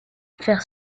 faire